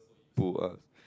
pull us